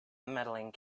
medaling